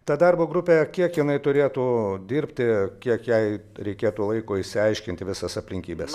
ta darbo grupė kiek jinai turėtų dirbti kiek jai reikėtų laiko išsiaiškinti visas aplinkybes